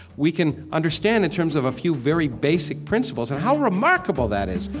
we can understand in terms of a few very basic principles and how remarkable that is.